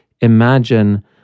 imagine